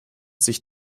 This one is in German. sich